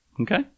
Okay